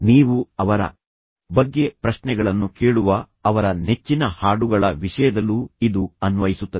ನೀವು ಅವರ ಬಗ್ಗೆ ಪ್ರಶ್ನೆಗಳನ್ನು ಕೇಳುವ ಅವರ ನೆಚ್ಚಿನ ಹಾಡುಗಳ ವಿಷಯದಲ್ಲೂ ಇದು ಅನ್ವಯಿಸುತ್ತದೆ